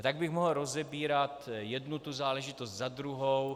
A tak bych mohl rozebírat jednu tu záležitost za druhou.